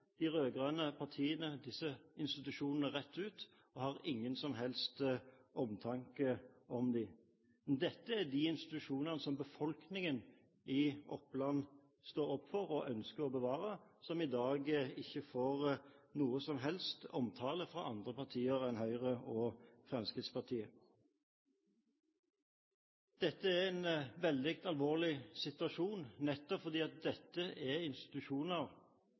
de rød-grønne partiene disse institusjonene rett ut og har ingen som helst omtanke for dem. Dette er de institusjonene som befolkningen i Oppland står opp for og ønsker å bevare, som i dag ikke får noe som helst omtale fra andre partier enn Høyre og Fremskrittspartiet. Dette er en veldig alvorlig situasjon, nettopp fordi dette er institusjoner